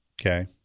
okay